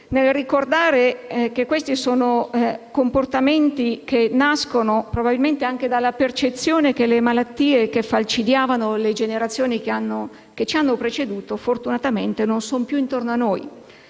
nel ricordare che questi sono comportamenti che nascono, probabilmente, anche dalla percezione che le malattie che falcidiavano le generazioni che ci hanno preceduto fortunatamente non sono più intorno a noi.